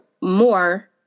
more